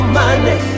money